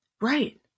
right